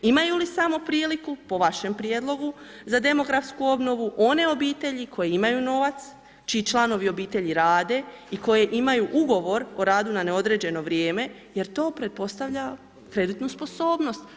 Imaju li samo priliku, po vašem prijedlogu, za demografsku obnovu one obitelji koje imaju novac, čiji članovi obitelji rade i koji imaju ugovor o radu na neodređeno vrijeme jer to pretpostavlja kreditnu sposobnost.